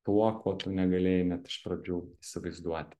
tuo kuo tu negalėjai net iš pradžių įsivaizduoti